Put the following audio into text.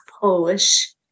Polish